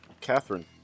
Catherine